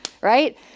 right